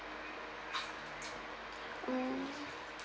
mm